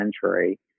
century